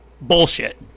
Bullshit